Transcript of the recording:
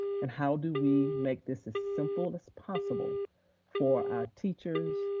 and how do we make this as simple as possible for our teachers,